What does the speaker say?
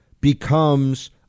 becomes